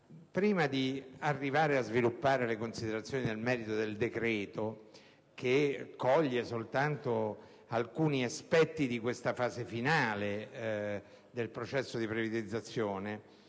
Prima di arrivare a sviluppare le considerazioni sul merito del decreto, che coglie soltanto alcuni aspetti della fase finale del processo di privatizzazione,